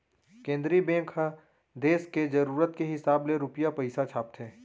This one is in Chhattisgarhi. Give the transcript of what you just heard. केंद्रीय बेंक ह देस के जरूरत के हिसाब ले रूपिया पइसा छापथे